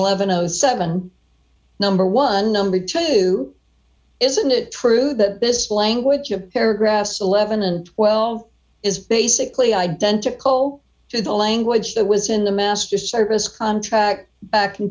and seven number one number two isn't it true that this language of paragraphs eleven and twelve is basically identical to the language that was in the master's service contract back in